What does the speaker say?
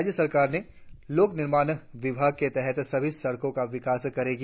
राज्य सरकार ने लोक निर्माण विभाग के तहत सभी सड़कों का विकास करेंगी